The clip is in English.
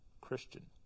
Christian